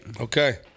Okay